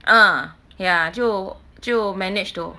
ah ya 就就 managed to